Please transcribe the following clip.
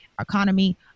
economy